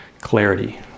clarity